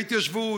ההתיישבות,